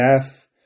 death